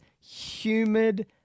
humid